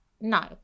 no